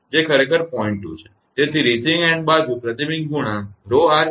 તેથી receiving end બાજુ પ્રતિબિંબ ગુણાંક 𝜌𝑟 એ 0